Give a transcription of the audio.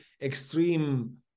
extreme